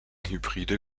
hybride